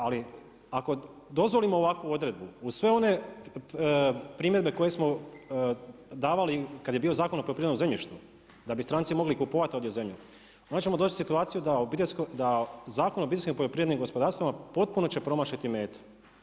Ali ako dozvolimo ovakvu odredbu uz sve one primjedbe koje smo davali kad je bio Zakon o poljoprivrednom zemljištu da bi stranci mogli kupovat ovdje zemlju, onda ćemo doći u situaciju da Zakon o obiteljskim poljoprivrednim gospodarstvima potpuno će promašiti metu.